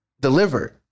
delivered